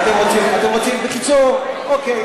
אתם רוצים, בקיצור, אוקיי.